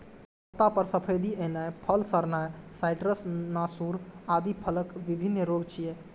पत्ता पर सफेदी एनाय, फल सड़नाय, साइट्र्स नासूर आदि फलक विभिन्न रोग छियै